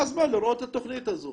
הגיע הזמן לראות את התוכנית הזו.